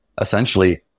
Essentially